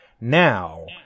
now